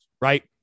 right